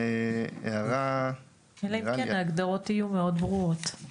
הערה --- אלא אם כן ההגדרות יהיו ברורות מאוד.